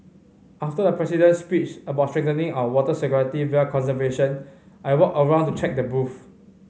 after the President's speech about strengthening our water security via conservation I walked around to check the booths